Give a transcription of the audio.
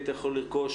הייתי יכול לרכוש